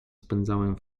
spędzałem